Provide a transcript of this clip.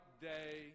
day